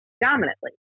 dominantly